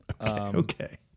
okay